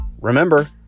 Remember